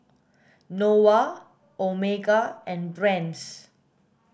Nova Omega and Brand's